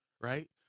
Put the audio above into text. right